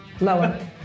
Lower